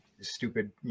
stupid